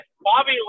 Bobby